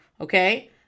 Okay